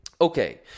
Okay